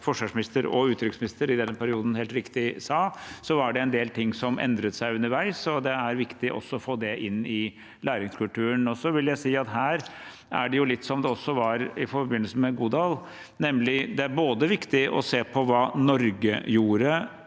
forsvarsminister og utenriksminister i denne perioden – helt riktig sa, var det en del ting som endret seg underveis, og det er viktig også å få det inn i læringskulturen. Jeg vil også si at det her er litt som det var i forbindelse med Godal-utvalget, nemlig at det er viktig å se på hva Norge både